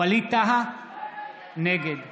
ווליד טאהא, נגד